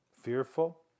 fearful